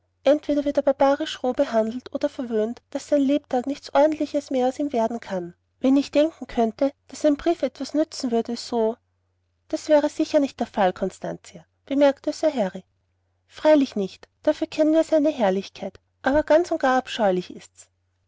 entweder wird er barbarisch roh behandelt oder verwöhnt daß sein lebtag nichts ordentliches mehr aus ihm werden kann wenn ich denken könnte daß ein brief etwas nutzen würde so das wäre sicher nicht der fall constantia bemerkte sir harry freilich nicht dafür kennen wir seine herrlichkeit aber ganz und gar abscheulich ist's